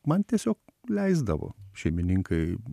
man tiesiog leisdavo šeimininkai